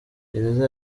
gereza